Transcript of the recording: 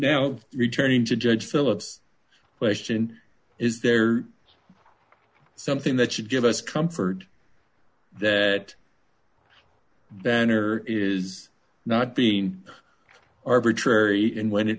new returning to judge phillips question is there something that should give us comfort that banner is not being arbitrary and when it